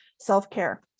self-care